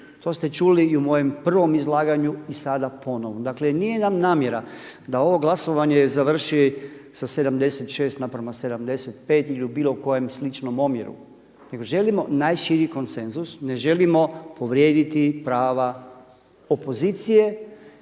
to ste čuli i u mojem prvom izlaganju i sada ponovno. Dakle nije nam namjera da ovo glasovanje završi sa 76:75 ili u bilo kojem sličnom omjeru nego želimo najširi konsenzus, ne želimo povrijediti prava opozicije.